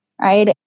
right